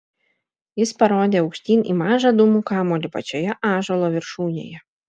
jis parodė aukštyn į mažą dūmų kamuolį pačioje ąžuolo viršūnėje